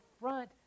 front